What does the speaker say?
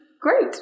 Great